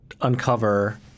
uncover